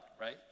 right